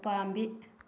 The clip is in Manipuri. ꯎꯄꯥꯝꯕꯤ